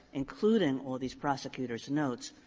including all these prosecutors' notes,